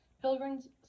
pilgrims